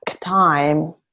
time